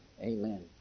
amen